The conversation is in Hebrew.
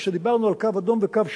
כשדיברנו על קו אדום וקו שחור,